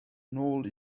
nôl